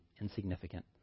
insignificant